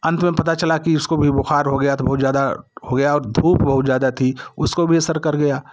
अंत में पता चला कि उसको भी बुखार हो गया तो बहुत ज्यादा हो गया और धूप बहुत ज्यादा थी उसको भी असर कर गया